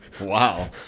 Wow